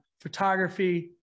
photography